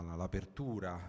l'apertura